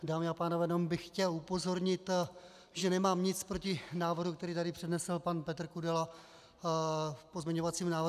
Dámy a pánové, jenom bych chtěl upozornit, že nemám nic proti návrhu, který tady přednesl pan Petr Kudela v pozměňovacím návrhu.